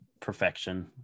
perfection